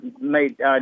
made